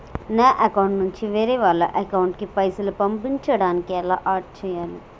నా అకౌంట్ నుంచి వేరే వాళ్ల అకౌంట్ కి పైసలు పంపించడానికి ఎలా ఆడ్ చేయాలి?